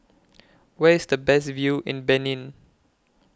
Where IS The Best View in Benin